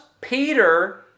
Peter